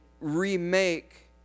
remake